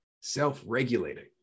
self-regulating